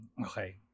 Okay